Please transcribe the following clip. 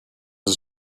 his